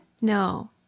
No